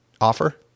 offer